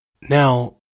Now